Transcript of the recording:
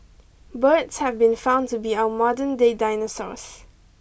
birds have been found to be our modernday dinosaurs